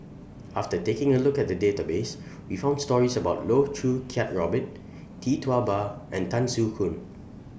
after taking A Look At The Database We found stories about Loh Choo Kiat Robert Tee Tua Ba and Tan Soo Khoon